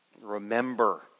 Remember